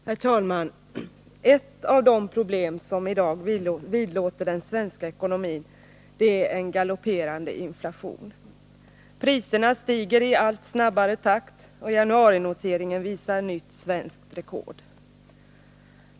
Herr talman! Ett av de problem som i dag vidlåder den svenska ekonomin är en galopperande inflation. Priserna stiger i allt snabbare takt, och januarinoteringen visar nytt svenskt rekord.